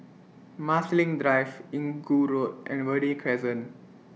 Marsiling Drive Inggu Road and Verde Crescent